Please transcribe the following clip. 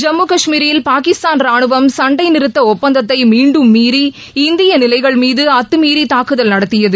ஜம்மு கஷ்மீரில் பாகிஸ்தான் ரானுவம் சண்டைநிறுத்த ஒப்பந்தத்தை மீண்டும் மீறி இந்திய நிலைகள் மீது அத்தமீறி தாக்குதல் நடத்தியது